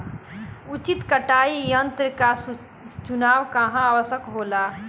उचित कटाई यंत्र क चुनाव काहें आवश्यक होला?